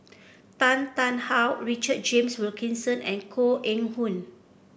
Tan Tarn How Richard James Wilkinson and Koh Eng Hoon